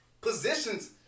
positions